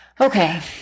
Okay